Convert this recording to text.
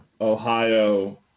Ohio